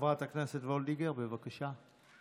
חברת הכנסת וולדיגר, בבקשה.